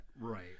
right